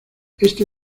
este